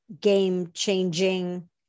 game-changing